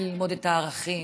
על ללמוד את הערכים,